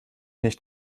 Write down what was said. nicht